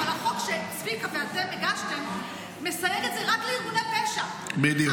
אבל החוק שצביקה ואתם הגשתם מסייג את זה רק לארגוני פשע -- בדיוק.